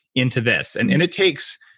into this, and and it takes.